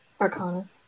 Arcana